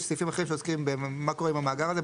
יש סעיפים אחרים שעוסקים במה קורה עם המאגר הזה,